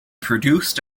produced